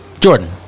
Jordan